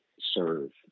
serve